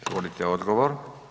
Izvolite odgovor.